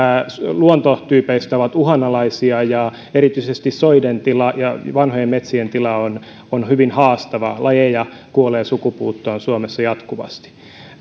luontotyypeistä on uhanalaisia ja erityisesti soiden ja vanhojen metsien tila on on hyvin haastava lajeja kuolee sukupuuttoon suomessa jatkuvasti